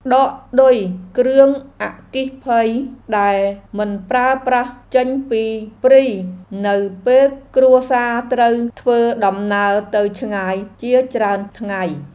ដកឌុយគ្រឿងអគ្គិភ័យដែលមិនប្រើប្រាស់ចេញពីព្រីនៅពេលគ្រួសារត្រូវធ្វើដំណើរទៅឆ្ងាយជាច្រើនថ្ងៃ។